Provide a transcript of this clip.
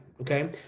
okay